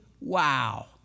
wow